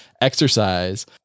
exercise